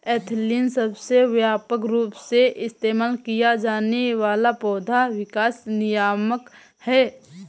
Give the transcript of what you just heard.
ethylene सबसे व्यापक रूप से इस्तेमाल किया जाने वाला पौधा विकास नियामक है